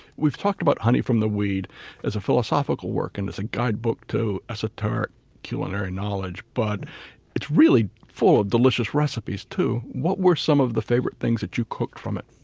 we've talked about honey from the weed as a philosophical work and as a guidebook to esoteric culinary knowledge, but it's full of delicious recipes, too. what were some of the favorite things that you cooked from it?